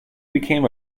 became